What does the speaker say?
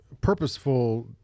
purposeful